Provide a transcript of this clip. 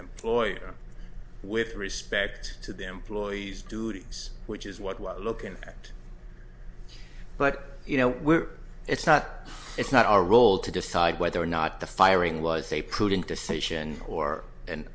employer with respect to the employee's duties which is what we're looking at but you know we're it's not it's not our role to decide whether or not the firing was a prudent decision or